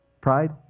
Pride